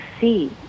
see